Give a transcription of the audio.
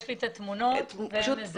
יש לי את התמונות והן מזעזעות.